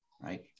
right